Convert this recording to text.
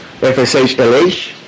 FSH-LH